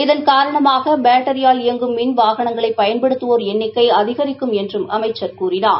இதன் காரணமாகபேட்டரியால் இயங்கும் மின் வாகனங்களைபயன்படுத்தவோர் எண்ணிக்கைஅதிகரிக்கும் என்றுஅமைச்சர் கூறினார்